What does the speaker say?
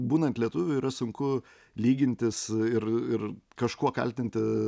būnant lietuviu yra sunku lygintis ir ir kažkuo kaltinti